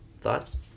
Thoughts